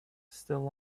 still